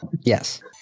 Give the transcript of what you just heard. yes